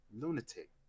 lunatic